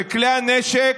וכלי הנשק,